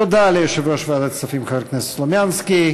תודה ליושב-ראש ועדת הכספים חבר הכנסת ניסן סלומינסקי.